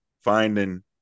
finding